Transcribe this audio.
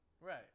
Right